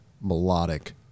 melodic